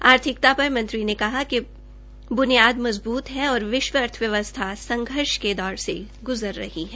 आर्थिकता पर मंत्री ने कहा कि बुनियाद मजबूत है और विश्व अर्थव्वस्था संघर्ष के दौर से ग्जर रही है